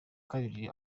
kabiri